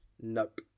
Nope